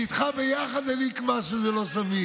אני חושב שאתה יותר חזק מרוטמן.